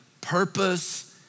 purpose